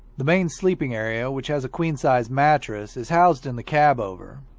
the main sleeping area, which has a queen-size mattress, is housed in the cab over.